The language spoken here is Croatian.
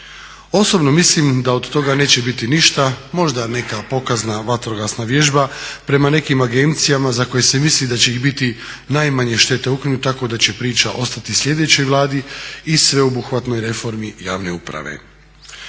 Osobno mislim da od toga neće biti ništa, možda neka pokazna vatrogasna vježba prema nekim agencijama za koje se misli da će ih biti najmanje štete ukinuti tako da će priča ostati sljedećoj Vladi i sveobuhvatnoj reformi javne uprave.